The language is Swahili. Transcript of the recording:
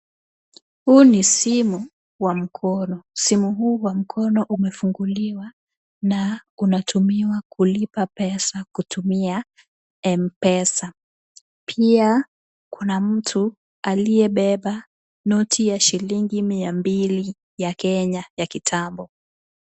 Huu ni simu wa mkono. Simu huu wa mkono umefunguliwa na kunatumiwa kulipa pesa kutumia mpesa. Pia kuna mtu aliyebeba noti ya shilingi mia mbili ya Kenya ya kitambo.